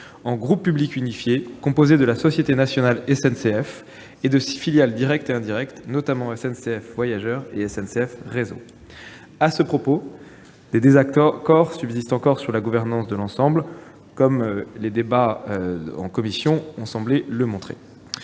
en groupe public unifié composé de la société nationale SNCF et de ses filiales directes et indirectes, notamment SNCF Voyageurs et SNCF Réseau. À ce propos, des désaccords subsistent encore sur la gouvernance de l'ensemble, comment ont semblé le montrer